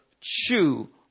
chew